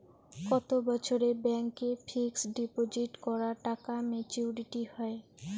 কত বছরে ব্যাংক এ ফিক্সড ডিপোজিট করা টাকা মেচুউরিটি হয়?